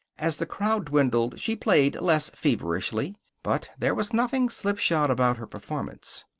as the crowd dwindled she played less feverishly, but there was nothing slipshod about her performance.